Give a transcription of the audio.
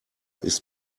ist